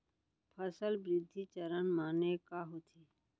फसल वृद्धि चरण माने का होथे?